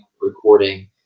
recording